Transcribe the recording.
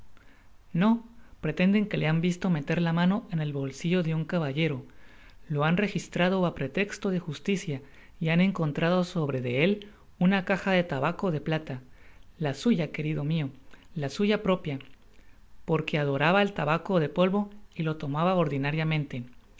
no pretenden que le han visto meter la mano en el bolsillo de un caballero lo han registrado á pretexto de justicia y han enconliado sobrede él una caja de tabaco de plata la suya querido mio la suya propia porque adoraba el tabaco de polvo y lo lomaba ordinariamente